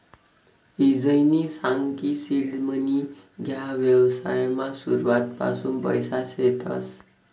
ईजयनी सांग की सीड मनी ह्या व्यवसायमा सुरुवातपासून पैसा शेतस